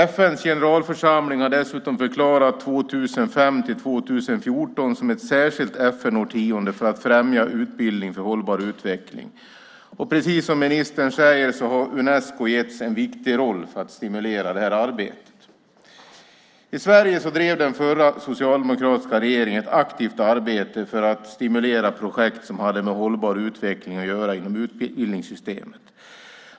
FN:s generalförsamling har dessutom förklarat 2005-2014 som ett särskilt FN-årtionde för att främja utbildning för hållbar utveckling. Precis som ministern säger har Unesco getts en viktig roll för att stimulera arbetet. I Sverige drev den förra socialdemokratiska regeringen ett aktivt arbete för att stimulera projekt som hade med hållbar utveckling att göra inom utbildningssystemet.